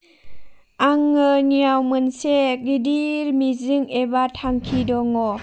आंनियाव मोनसे गिदिर मिजिं एबा थांखि दङ